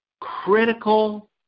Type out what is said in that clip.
critical